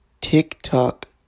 TikTok